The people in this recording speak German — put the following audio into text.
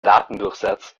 datendurchsatz